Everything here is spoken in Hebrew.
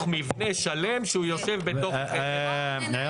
מבנה שלם שהוא יושב בתוך --- ערן,